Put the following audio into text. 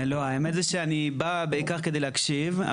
האמת שאני בא בעיקר כדי להקשיב,